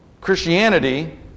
Christianity